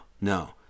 no